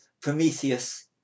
Prometheus